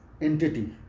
entity